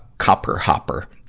copper hopper.